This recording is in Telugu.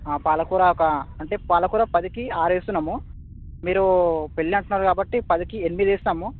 పాలకూర ఒక అంటే పాలకూర పదికి ఆరు వేస్తున్నాము మీరు పెళ్ళి అంటున్నారు కాబట్టి పదికి ఎనిమిది వేస్తాము